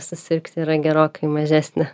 susirgti yra gerokai mažesnė